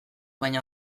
baina